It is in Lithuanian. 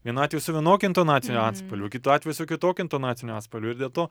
vienu atveju su vienokiu intonaciniu atspalviu kitu atveju su kitokiu intonaciniu atspalviu ir dėl to